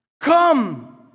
Come